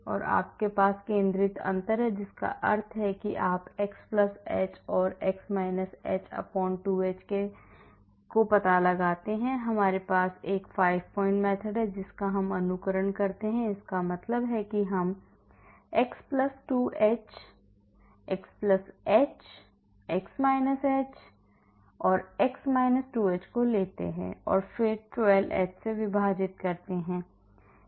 और आपके पास केंद्रित अंतर है जिसका अर्थ है कि आप x h और x h 2h से पता लगाते हैं या हमारे पास एक 5 point method है जिसका हम अनुसरण करते हैंइसका मतलब है कि हम x 2h x h x h x 2h को लेते हैं और फिर 12h से विभाजित करते हैं